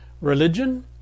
religion